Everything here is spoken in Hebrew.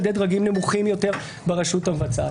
ידי דרגים נמוכים יותר ברשות המבצעת.